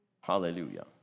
hallelujah